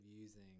using